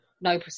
No